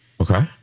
Okay